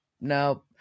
no